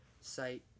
site